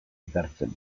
ekartzen